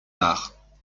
arts